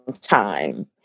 time